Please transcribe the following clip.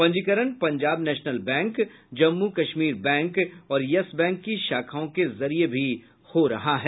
पंजीकरण Punjab National Bank Jammu Kashmir Bank और Yes Bank की शाखाओं के जरिये भी हो रहा है